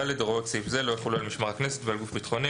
(ד)הוראות סעיף זה לא יחולו על משמר הכנסת ועל גוף ביטחוני,